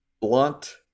blunt